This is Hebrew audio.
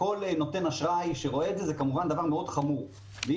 זה דבר מאוד חמור בעיני כל נותן אשראי שרואה את זה.